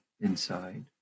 inside